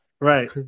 right